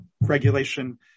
regulation